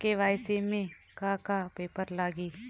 KYC में का का पेपर लगी?